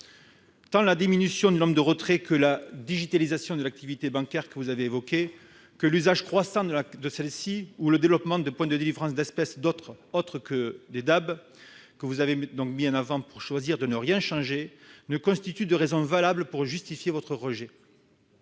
Tant la diminution du nombre de retraits que la digitalisation de l'activité bancaire, dont vous avez évoqué l'usage croissant, ou le développement de points de délivrance d'espèces autres que les DAB, que vous avez mis en avant pour choisir de ne rien changer, ne constituent de raisons valables pour justifier votre rejet